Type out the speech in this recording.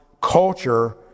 culture